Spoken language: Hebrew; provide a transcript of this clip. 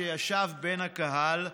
שישב בקהל,